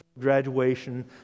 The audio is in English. graduation